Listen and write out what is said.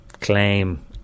claim